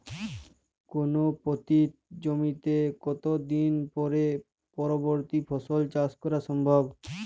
কোনো পতিত জমিতে কত দিন পরে পরবর্তী ফসল চাষ করা সম্ভব?